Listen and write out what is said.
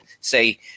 say